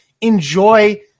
enjoy